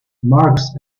marx